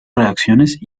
reacciones